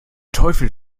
teufel